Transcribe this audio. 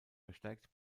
verstärkt